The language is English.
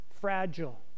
fragile